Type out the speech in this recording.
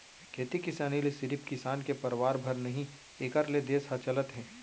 खेती किसानी ले सिरिफ किसान के परवार भर नही एकर ले देस ह चलत हे